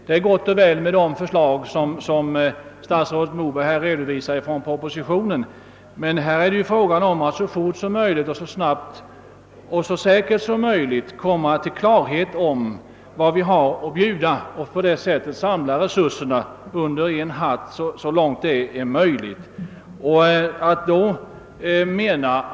Det är gott och väl med de förslag i propositionen som statsrådet Moberg redovisar, men här är det fråga om att så fort som möjligt och så säkert som möjligt komma till klarhet om vad vi har att bjuda och sedan så långt möjligt samla resurserna.